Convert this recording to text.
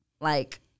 like-